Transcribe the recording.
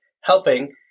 helping